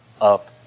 up